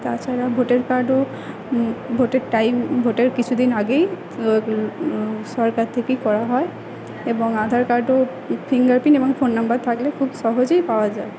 তাছাড়া ভোটের কার্ডও ভোটের টাইম ভোটের কিছু দিন আগেই সরকার থেকেই করা হয় এবং আধার কার্ডও ফিঙ্গার প্রিন্ট এবং ফোন নম্বর থাকলে খুব সহজেই পাওয়া যায়